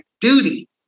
duty